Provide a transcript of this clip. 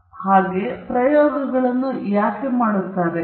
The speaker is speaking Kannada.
ಆದ್ದರಿಂದ ಪ್ರಯೋಗಗಳನ್ನು ಏಕೆ ಮಾಡುತ್ತಾರೆ